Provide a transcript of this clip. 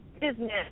business